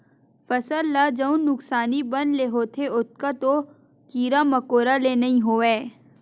फसल ल जउन नुकसानी बन ले होथे ओतका तो कीरा मकोरा ले नइ होवय